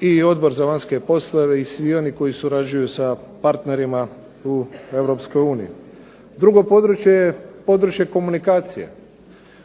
i Odbor za vanjske poslove i svi oni koji surađuju sa partnerima u Europskoj uniji. Drugo područje je područje komunikacije,